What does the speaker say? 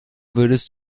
würdest